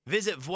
Visit